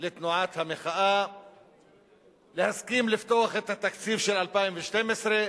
לתנועת המחאה לפתוח את תקציב 2012,